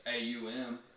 AUM